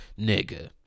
nigga